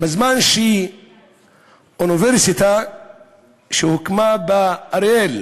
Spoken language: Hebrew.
בזמן שאוניברסיטה שהוקמה באריאל,